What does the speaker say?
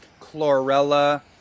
chlorella